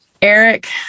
Eric